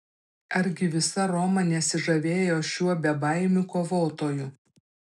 argi visa roma nesižavėjo šiuo bebaimiu kovotoju